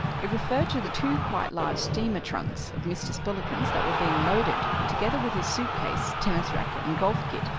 it referred to the two quite large steamer trunks of mr. spillikins that were being loaded, together with his suit-case, tennis racket, and golf kit,